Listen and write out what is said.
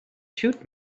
shoot